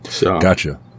Gotcha